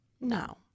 no